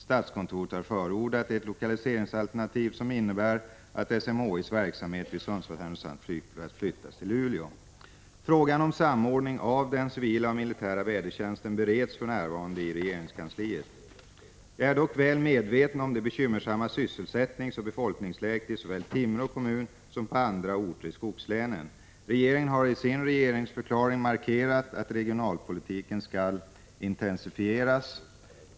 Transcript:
Statskontoret har förordat ett lokaliseringsalternativ som innebär att SMHI:s verksamhet vid Sundsvalls-Härnösands flygplats flyttas till Luleå. Frågan om samordning av den civila och militära vädertjänsten bereds för närvarande i regeringskansliet. Jag är väl medveten om det bekymmersamma sysselsättningsoch befolkningsläget i såväl Timrå kommun som på andra orter i skogslänen. Regeringen har i sin regeringsförklaring markerat att regionalpolitiken skall intensifieras.